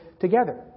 together